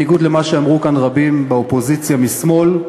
בניגוד למה שאמרו כאן רבים מהאופוזיציה משמאל,